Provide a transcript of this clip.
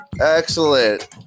Excellent